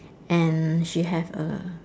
and she have a